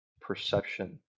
perception